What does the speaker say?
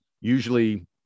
Usually